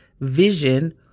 vision